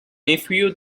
nephew